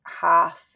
half